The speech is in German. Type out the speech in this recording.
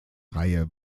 reihe